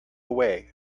way